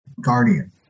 guardian